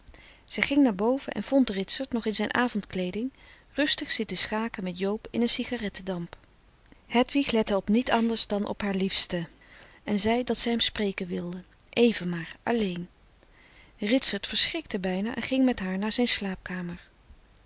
zij ging naar boven en vond ritsert nog in zijn avond kleeding rustig zitten schaken met joob in een sigaretten damp hedwig lette op niet anders dan op haar liefste en zei dat zij hem spreken wilde even maar alleen ritsert verschrikte bijna en ging met haar naar zijn slaapkamer